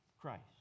Christ